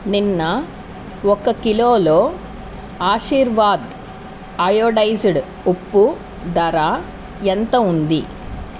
నిన్న ఒక కిలోలో ఆశీర్వాద్ అయోడైజడ్ ఉప్పు ధర ఎంత ఉంది